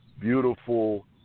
beautiful